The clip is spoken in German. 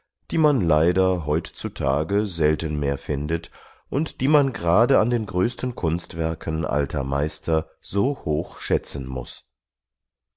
die man leider heutzutage selten mehr findet und die man gerade an den größten kunstwerken alter meister so hoch schätzen muß